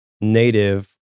native